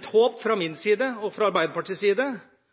et håp fra min side og fra Arbeiderpartiets side